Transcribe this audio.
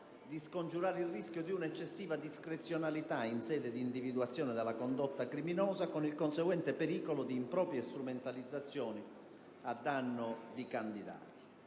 di scongiurare il rischio di un'eccessiva discrezionalità in sede di individuazione della condotta criminosa, con il conseguente pericolo di improprie strumentalizzazioni a danno di candidati.